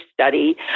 study